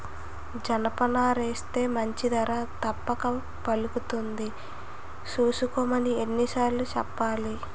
జనపనారేస్తే మంచి ధర తప్పక పలుకుతుంది సూసుకోమని ఎన్ని సార్లు సెప్పాలి?